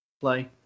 play